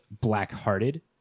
Blackhearted